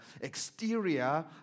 exterior